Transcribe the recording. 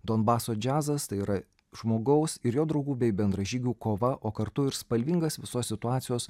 donbaso džiazas tai yra žmogaus ir jo draugų bei bendražygių kova o kartu ir spalvingas visos situacijos